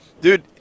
dude